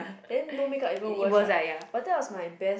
then no makeup even worst right but that was my best